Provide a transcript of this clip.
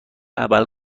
عمل